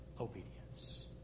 obedience